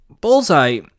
Bullseye